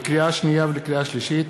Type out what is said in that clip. לקריאה שנייה ולקריאה שלישית: